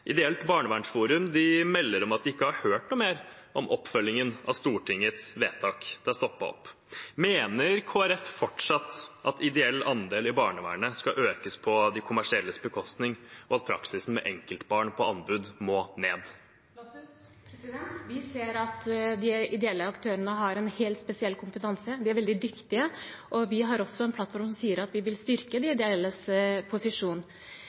Ideelt barnevernsforum melder om at de ikke har hørt noe mer om oppfølgingen av Stortingets vedtak, det har stoppet opp. Mener Kristelig Folkeparti fortsatt at ideell andel i barnevernet skal økes på de kommersielles bekostning, og at praksisen med enkeltbarn på anbud må ned? Vi ser at de ideelle aktørene har en helt spesiell kompetanse, de er veldig dyktige, og vi har også en plattform som sier at vi vil styrke de ideelles posisjon.